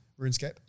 RuneScape